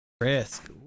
risk